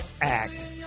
Act